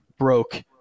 broke